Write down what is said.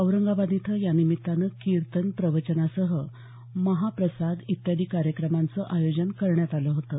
औरंगाबाद इथं या निमित्तानं कीर्तन प्रवचनासह महाप्रसाद आदी कार्यक्रमांचं आयोजन करण्यात आलं होतं